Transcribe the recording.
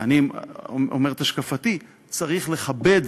אני אומר את השקפתי: צריך לכבד